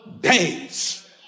days